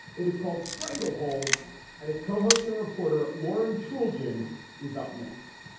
it is called strangle hold and its co-host and reporter lauren chooljian is up next